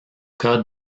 cas